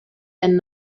and